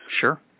Sure